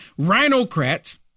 Rhinocrats